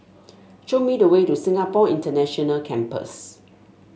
show me the way to Singapore International Campus